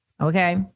okay